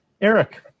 Eric